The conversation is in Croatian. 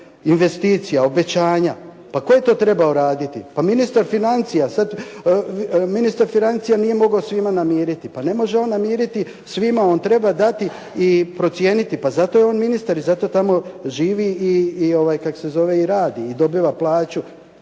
investicija, obećanja. Pa tko je to trebao raditi? Pa ministar financija. Sada ministar financija nije mogao svima namiriti. Pa ne može on namiriti svima, on treba dati i procijeniti. Pa zato je on ministar i zato tamo živi i radi i dobiva plaću.